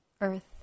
Earth